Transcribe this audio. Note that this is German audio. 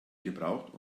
gebraucht